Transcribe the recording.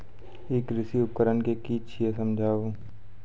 ई कृषि उपकरण कि छियै समझाऊ?